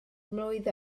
mlwydd